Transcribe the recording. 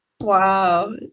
Wow